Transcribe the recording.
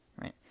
right